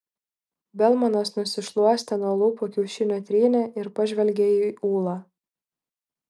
belmanas nusišluostė nuo lūpų kiaušinio trynį ir pažvelgė į ūlą